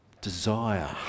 desire